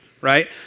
right